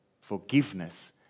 forgiveness